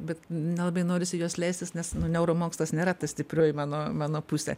bet nelabai norisi į juos leistis nes nu neuromokslas nėra ta stiprioji mano mano pusė